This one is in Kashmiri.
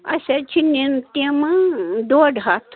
اسہِ حَظ چھِ نِنۍ تِم ڈۄڈ ہتھ